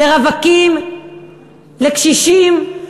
לרווקים, לקשישים,